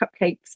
cupcakes